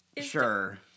sure